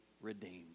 redeemed